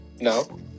No